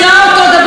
כי זה לא אותו